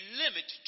limit